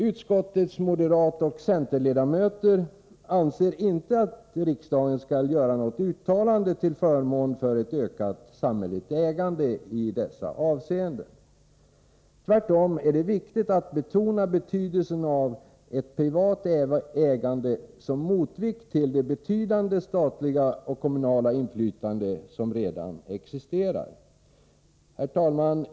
Utskottets moderatoch centerledamöter anser inte att riksdagen skall göra något uttalande till förmån för ökat samhälleligt ägande i dessa avseenden. Tvärtom är det viktigt att betona betydelsen av ett privat ägande som motvikt till det betydande statliga och kommunala inflytande som redan existerar. Herr talman!